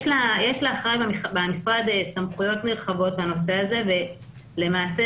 יש לאחראי במשרד סמכויות נרחבות בנושא הזה ולמעשה,